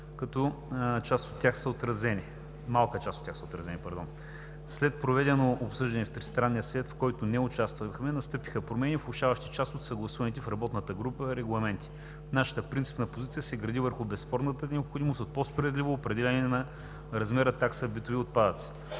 съгласуване, като малка част от тях са отразени. След проведено обсъждане в Тристранния съвет, в който не участвахме, настъпиха промени, влошаващи част от съгласуваните в работната група регламенти. Нашата принципна позиция се гради върху безспорната необходимост от по-справедливо определяне размера на такса битови отпадъци.